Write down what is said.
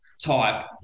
type